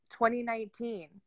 2019